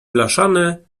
blaszane